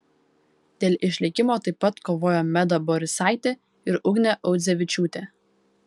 dėl išlikimo taip pat kovojo meda borisaitė ir ugnė audzevičiūtė